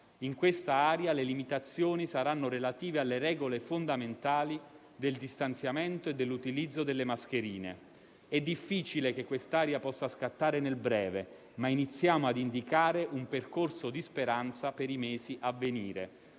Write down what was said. In questa area le limitazioni saranno relative alle regole fondamentali del distanziamento e dell'utilizzo delle mascherine. È difficile che questa area possa scattare a breve, ma iniziamo a indicare un percorso di speranza per i mesi a venire.